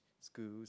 schools